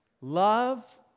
Love